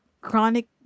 chronic